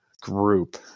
group